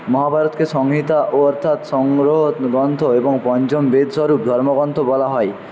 মহাভারতকে সংহিতা ও অর্থাৎ সংগ্রহ গ্রন্থ এবং পঞ্চম বেদ স্বরূপ ধর্মগ্রন্থ বলা হয়